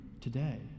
today